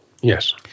Yes